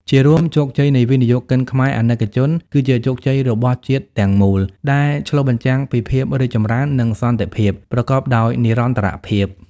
ជារួម ជោគជ័យនៃវិនិយោគិនខ្មែរអាណិកជន គឺជាជោគជ័យរបស់ជាតិទាំងមូល ដែលឆ្លុះបញ្ចាំងពី ភាពរីកចម្រើន និងសន្តិភាព ប្រកបដោយនិរន្តរភាព។